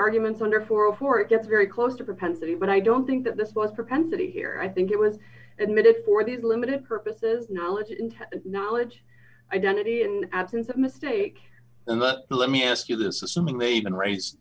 arguments under four or four it gets very close to propensity but i don't think that this was propensity here i think it was admitted for the limited purposes knowledge into knowledge identity and absence of mistake and the let me ask you this assuming they even raise